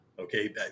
Okay